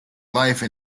life